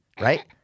right